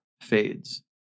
fades